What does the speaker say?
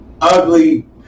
ugly